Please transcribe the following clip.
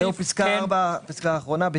הפסקה האחרונה, פסקה (4).